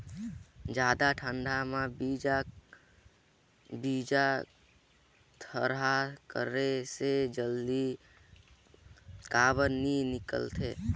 जादा ठंडा म बीजा थरहा करे से जल्दी काबर नी निकलथे?